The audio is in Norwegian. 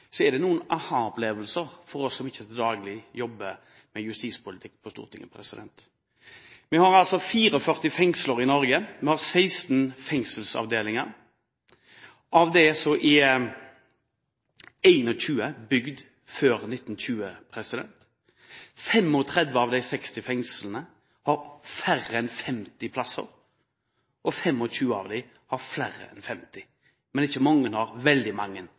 daglig jobber med justispolitikk på Stortinget. Vi har 44 fengsler i Norge, og vi har 16 fengselsavdelinger. 21 er bygget før 1920. 35 av de 60 fengslene har færre enn 50 plasser, og 25 av dem har flere enn 50, men ikke mange har veldig mange